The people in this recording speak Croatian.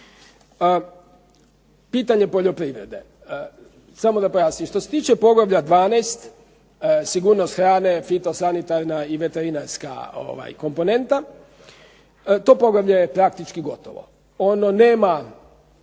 Pitanje poljoprivrede, samo da pojasnim. Što se tiče Poglavlja 12. – Sigurnost hrane, fitosanitarna i veterinarska komponenta, to poglavlje je praktički gotovo. Ono nema